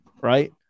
Right